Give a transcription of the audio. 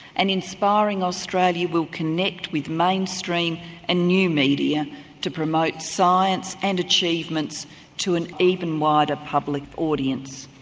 and inspiring australia will connect with mainstream and new media to promote science and achievements to an even wider public audience.